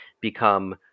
become